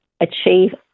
achieve